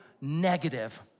negative